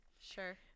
Sure